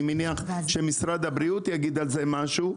אני מניח שמשרד הבריאות יגיד על זה משהו,